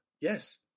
Yes